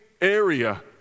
area